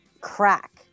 Crack